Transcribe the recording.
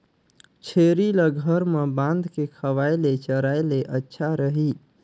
छेरी ल घर म बांध के खवाय ले चराय ले अच्छा रही?